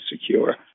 secure